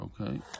okay